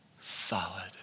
solid